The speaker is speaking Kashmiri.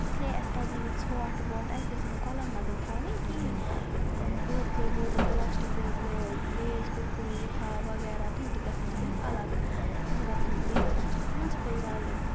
اِس لیے اَسہِ پَزَن یِم ژھۄٹھ وۄٹھ اَسہِ گَژھَن نہٕ کۄلَن منٛز تھاوٕنۍ کِہیٖنۍ بٲتلہٕ وٲتلہٕ پٕلاسٹِک بٲتلہٕ لیز کُرکُرے لِفاف وغیرہ تِم تہِ گَژھَن تھاوٕنۍ الگ تِم گَژھَن دِنۍ مُنسِپٕل والٮ۪ن